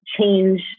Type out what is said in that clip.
change